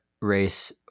race